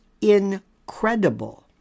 incredible